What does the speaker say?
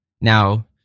now